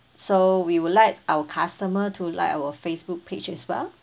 so we will like our customer to like our Facebook page as well